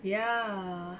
ya